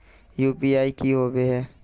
UPI की होबे है?